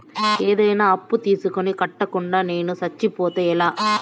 ఏదైనా అప్పు తీసుకొని కట్టకుండా నేను సచ్చిపోతే ఎలా